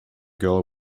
girl